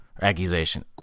Accusation